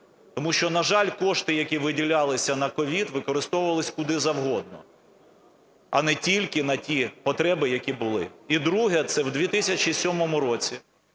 Тому що, на жаль, кошти, які виділялися на COVID, використовувалися куди завгодно, а не на ті потреби, які були. І друге. Це у 2007 році